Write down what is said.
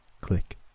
Click